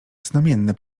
znamienne